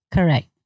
Correct